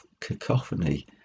cacophony